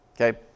Okay